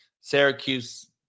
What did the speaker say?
Syracuse